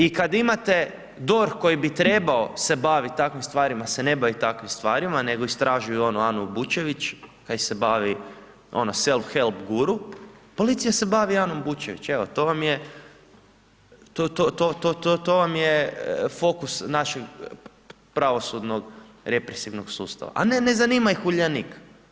I kad imate DORH koji bi trebao se baviti takvim stvarima se ne bavi takvim stvarima nego istražuju onu Anu Bučević, kaj se bavi, ona self help guru, policija se bavi Anom Bučević, evo to vam je, to vam je fokus našeg pravosudnog represivnog sustava a ne, ne zanima ih Uljanik.